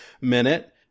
minute